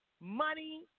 money